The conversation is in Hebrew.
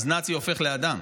אז נאצי הופך לאדם,